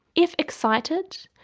if excited,